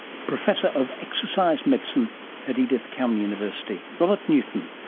professor of exercise medicine at edith cowan university, robert newton,